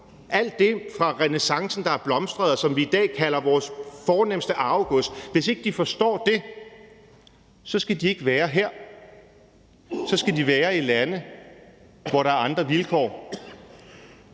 alt det fra renæssancen, der er blomstret, og som vi i dag kalder vores fornemste arvegods, skal de ikke være her, så skal de være i lande, hvor der er andre vilkår.